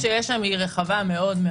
הסמכות שיש שם רחבה מאוד.